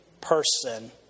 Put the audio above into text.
person